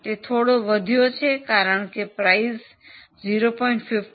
તે થોડો વધ્યો છે કારણ કે કિંમત 0